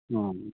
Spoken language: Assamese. অঁ